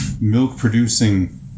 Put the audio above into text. milk-producing